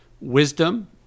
wisdom